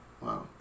wow